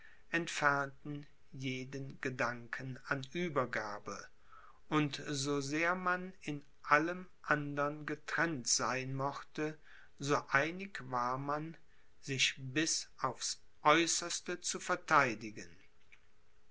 entfernten jeden gedanken an uebergabe und so sehr man in allem andern getrennt sein mochte so einig war man sich bis aufs aeußerste zu vertheidigen